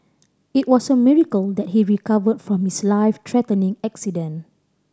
it was a miracle that he recovered from his life threatening accident